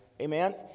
amen